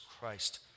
Christ